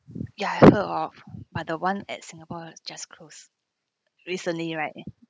ya I've heard of but the one at singapore just close recently right